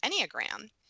Enneagram